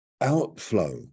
outflow